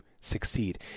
succeed